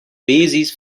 basis